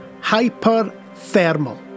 hyperthermal